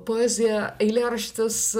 poezija eilėraštis